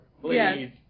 Please